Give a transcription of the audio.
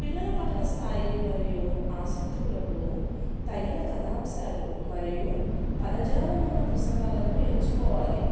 పిల్లల పఠన స్థాయి మరియు ఆసక్తికులకు తగిన కథాంశాలు మరియు పదజాలం ఉన్న పుస్తకాలను ఎంచుకోవాలి